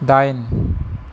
दाइन